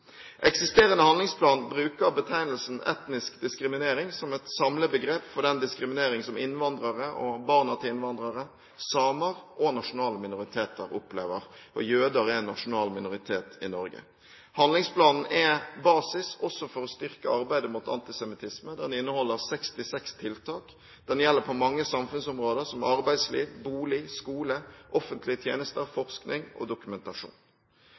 Eksisterende handlingsplan bruker betegnelsen «etnisk diskriminering» som et samlebegrep for den diskriminering som innvandrere og barna til innvandrere, samer og nasjonale minoriteter opplever. Og jøder er en nasjonal minoritet i Norge. Handlingsplanen er basis også for å styrke arbeidet mot antisemittisme. Den inneholder 66 tiltak. Den gjelder på mange samfunnsområder som arbeidsliv, bolig, skole, offentlige tjenester, forskning og dokumentasjon.